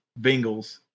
Bengals